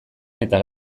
eta